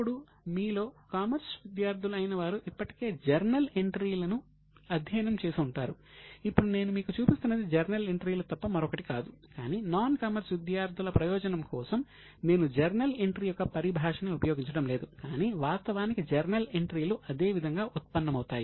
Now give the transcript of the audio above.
ఇప్పుడు మీలో కామర్స్ విద్యార్థులు అయిన వారు ఇప్పటికే జర్నల్ ఎంట్రీలను సమాన సంఖ్యలో సరిపోలుతాయి